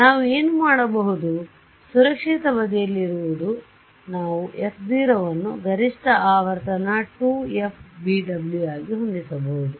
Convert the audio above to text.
ಆದ್ದರಿಂದ ನಾವು ಏನು ಮಾಡಬಹುದು ಸುರಕ್ಷಿತ ಬದಿಯಲ್ಲಿರುವುದು ನಾವು f 0 ಅನ್ನು ಗರಿಷ್ಠ ಆವರ್ತನ 2f bw ಆಗಿ ಹೊಂದಿಸಬಹುದು